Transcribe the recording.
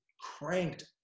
cranked